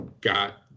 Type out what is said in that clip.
got